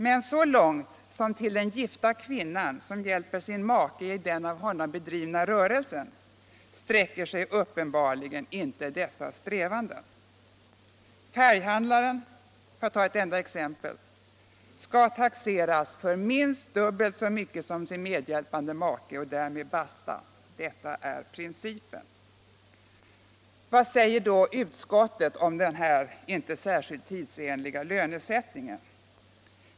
Men så långt som till den gifta kvinnan som hjälper sin make i den av honom bedrivna rörelsen sträcker sig uppenbarligen inte dessa strävanden. Färghandlaren, för att ta ett enda exempel, skall taxeras för minst dubbelt så mycket som sin medhjälpande make och därmed basta. Detta är principen. Vad säger då utskottet om denna icke särskilt tidsenliga lönesättning?